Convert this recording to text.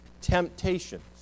temptations